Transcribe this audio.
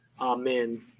Amen